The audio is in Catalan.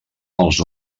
els